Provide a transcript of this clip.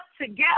together